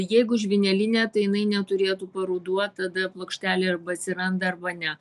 jeigu žvynelinė tai jinai neturėtų paruduot tada plokštelė arba atsiranda arba ne